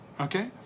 Okay